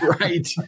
Right